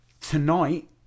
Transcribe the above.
Tonight